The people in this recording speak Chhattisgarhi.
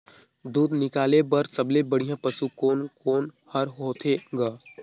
दूध निकाले बर सबले बढ़िया पशु कोन कोन हर होथे ग?